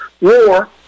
War